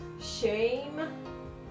Shame